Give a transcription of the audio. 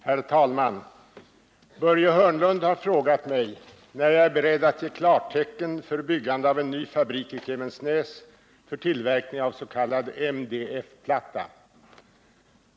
Herr talman! Börje Hörnlund har frågat mig när jag är beredd att ge klartecken för byggande av en ny fabrik i Klemensnäs för tillverkning av s.k. MDF-platta.